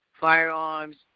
firearms